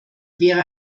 wäre